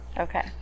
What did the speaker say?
Okay